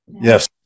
Yes